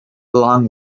long